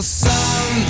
sun